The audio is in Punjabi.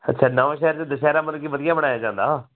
ਅੱਛਾ ਨਵਾਂਸ਼ਹਿਰ 'ਚ ਦੁਸਹਿਰਾ ਮਤਲਬ ਕਿ ਵਧੀਆ ਮਨਾਇਆ ਜਾਂਦਾ